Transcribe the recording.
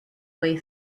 way